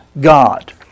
God